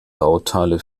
bauteile